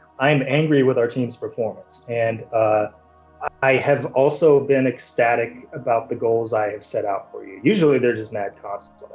i'm angry with our team's performance, and i have also been ecstatic about the goals i set out for you. usually, they're just mad constantly.